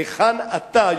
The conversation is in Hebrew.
היכן אתה,